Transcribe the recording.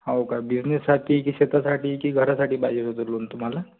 हो का बिझनेससाठी की शेतासाठी की घरासाठी पाहिजे होतं लोन तुम्हाला